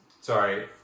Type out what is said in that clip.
sorry